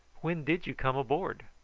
when did you come aboard?